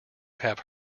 have